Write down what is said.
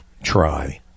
try